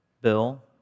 Bill